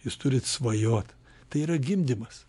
jūs turit svajot tai yra gimdymas